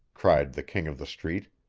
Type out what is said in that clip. cried the king of the street.